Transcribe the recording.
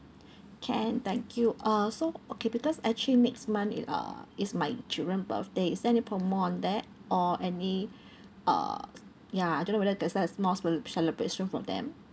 can thank you uh so okay because actually next month is uh is my children birthday is there any promo on that or any uh ya I don't know whether there is a small cele~ celebration for them